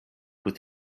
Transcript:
with